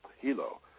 Hilo